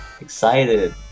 Excited